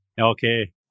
Okay